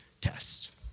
test